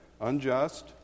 unjust